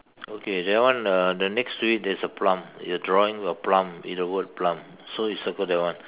okay that one uh then next to it there's a plum your drawing will plum with the word plum so you circle that one